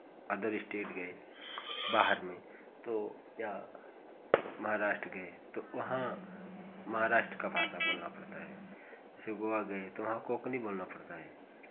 other state गए बाहर में तो या महाराष्ट्र गए तो वहाँ महाराष्ट्र का भाषा बोलना पड़ता है जैसे गोवा गए तो वहाँ कोंकणी बोलना पड़ता है